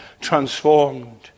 transformed